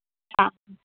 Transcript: ആ